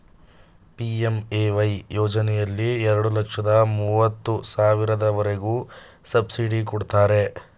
PMAY ಯೋಜನೆಯಲ್ಲಿ ಎರಡು ಲಕ್ಷದ ಮೂವತ್ತು ಸಾವಿರದವರೆಗೆ ಸಬ್ಸಿಡಿ ಕೊಡ್ತಾರೆ